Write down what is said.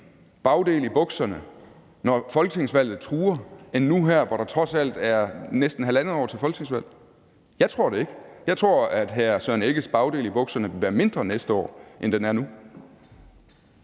bagdel i bukserne, når folketingsvalget truer, end nu her, hvor der trods alt er næsten halvandet år til folketingsvalg? Jeg tror det ikke. Jeg tror, at hr. Søren Egge Rasmussens bagdel i bukserne vil være mindre næste år, end den er nu.